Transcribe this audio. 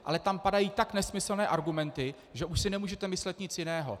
Ale tam padají tak nesmyslné argumenty, že už si nemůžete myslet nic jiného.